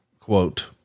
quote